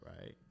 right